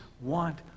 want